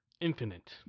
Infinite